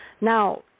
Now